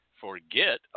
forget